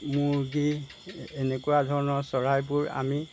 মুৰ্গী এনেকুৱা ধৰণৰ চৰাইবোৰ আমি